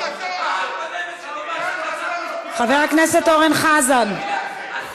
חבר הכנסת אורן חזן,